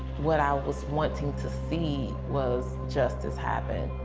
what i was wanting to see was justice happen.